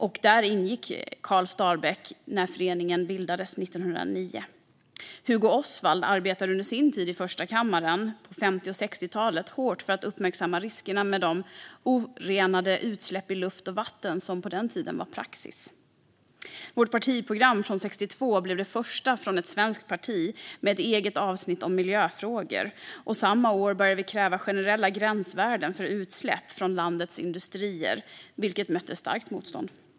Karl Starbäck ingick också där när föreningen bildades 1909. Hugo Osvald arbetade under sin tid i första kammaren på 50 och 60-talen hårt för att uppmärksamma riskerna med de orenade utsläpp i luft och vatten som på den tiden var praxis. Vårt partiprogram från 1962 blev det första från ett svenskt parti med ett eget avsnitt om miljöfrågor. Samma år började vi kräva generella gränsvärden för utsläpp från landets industrier, vilket mötte starkt motstånd.